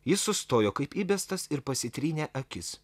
jis sustojo kaip įbestas ir pasitrynė akis